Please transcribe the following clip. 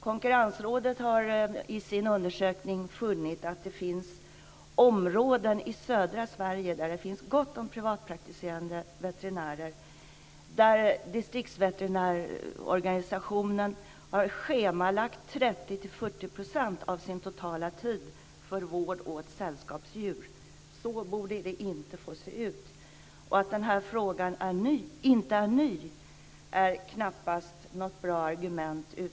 Konkurrensrådet har i sin undersökning sett att det finns områden i södra Sverige där det är gott om privatpraktiserande veterinärer och där distriktsveterinärorganisationen har schemalagt 30-40 % av sin totala tid för vård av sällskapsdjur. Så borde det inte få se ut. Att frågan inte är ny är knappast ett bra argument.